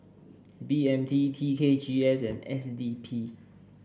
B M T T K G S and S D P